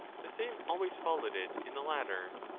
the same always followed it in the latter.